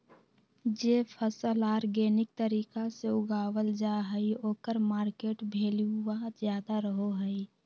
जे फसल ऑर्गेनिक तरीका से उगावल जा हइ ओकर मार्केट वैल्यूआ ज्यादा रहो हइ